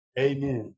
amen